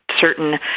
certain